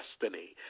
destiny